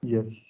Yes